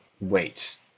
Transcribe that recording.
wait